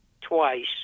twice